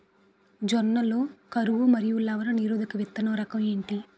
జొన్న లలో కరువు మరియు లవణ నిరోధక విత్తన రకం ఏంటి?